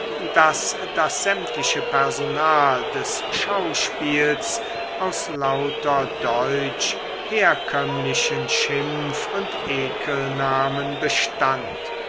daß das sämtliche personal des schauspiels aus lauter deutsch herkömmlichen schimpf und ekelnamen bestand